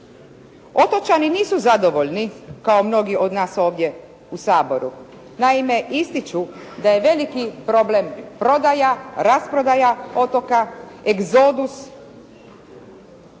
Otočani nisu zadovoljni kao mnogi od nas ovdje u Saboru. Naime ističu da je veliki problem prodaja, rasprodaja otoka, egzodus.